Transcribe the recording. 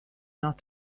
not